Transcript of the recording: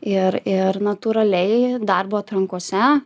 ir ir natūraliai darbo atrankose